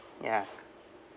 ya